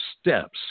steps